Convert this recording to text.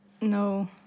No